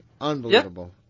Unbelievable